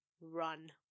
run